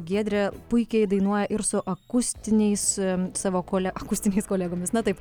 giedrė puikiai dainuoja ir su akustiniais su savo kole akustiniais kolegomis na taip